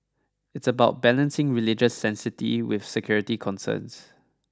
it's about balancing religious sanctity with security concerns